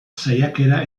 saiakera